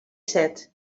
said